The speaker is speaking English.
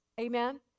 amen